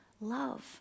love